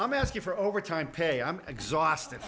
i'm asking for overtime pay i'm exhausted